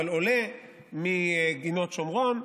אבל עולה מגינות שומרון,